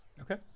Okay